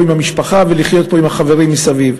עם המשפחה ולחיות פה עם החברים מסביב.